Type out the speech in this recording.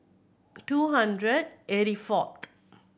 two hundred eighty fourth